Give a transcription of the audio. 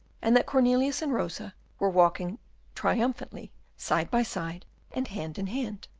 and that cornelius and rosa were walking triumphantly side by side and hand in hand.